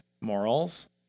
morals